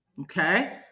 Okay